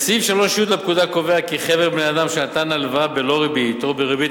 סעיף 3(י) לפקודה קובע כי חבר בני-אדם שנתן הלוואה בלא ריבית או בריבית